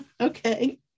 Okay